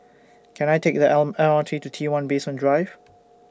Can I Take The Arm M R T to T one Basement Drive